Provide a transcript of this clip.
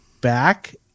back